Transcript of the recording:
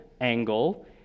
angle